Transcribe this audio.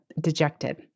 dejected